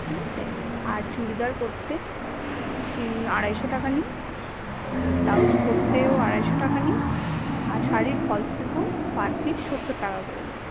ঠিক আছে আর চুড়িদার করতে আড়াইশো টাকা নিই আর ব্লাউজ করতেও আড়াইশো টাকা নিই আর শাড়ির ফলস পিকো পার পিস সত্তর টাকা করে নিই